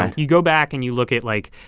ah you go back and you look at, like,